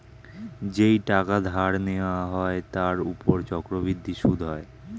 যেই টাকা ধার নেওয়া হয় তার উপর চক্রবৃদ্ধি সুদ হয়